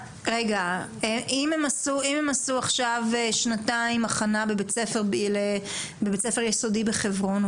אם הם עשו עכשיו שנתיים הכנה בבית ספר יסודי בחברון,